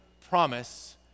promise